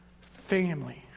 family